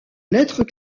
lettres